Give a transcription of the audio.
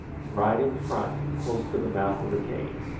right in front, close to the mouth of the cave.